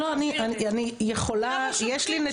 לא, אני יכולה, יש לי נתונים.